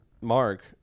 Mark